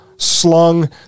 slung